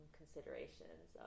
considerations